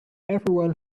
everyone